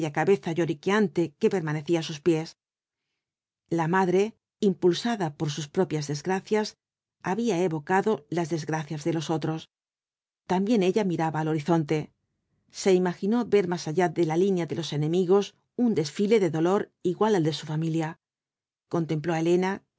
cabeza lloriquean te que permanecía á sus pies la madre impulsada por sus propias desgracias había evocado las desgracias de los otros también ella miraba al horizonte se imaginó ver más allá de la línea de los enemigos un desfile de dolor igual al de su familia contempló á elena